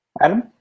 adam